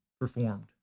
performed